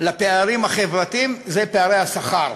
לפערים החברתיים הוא פערי השכר.